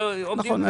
נכון.